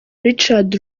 richard